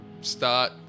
start